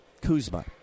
Kuzma